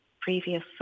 previous